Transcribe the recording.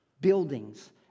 Buildings